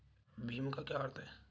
भीम का क्या अर्थ है?